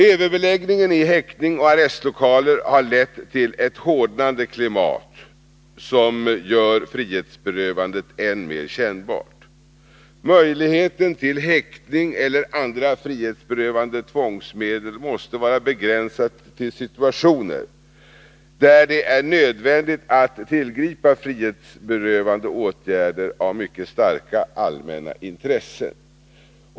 Överbeläggningen i häkten och arrestlokaler har lett till ett hårdnande klimat, som gör frihetsberövandet än mer kännbart. Möjligheten till häktning eller andra frihetsberövande tvångsmedel måste vara begränsad till situationer där det är nödvändigt att tillgripa frihetsberövande åtgärder med hänsyn till mycket starka allmänna intressen.